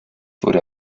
wurde